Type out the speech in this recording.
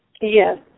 Yes